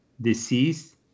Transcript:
deceased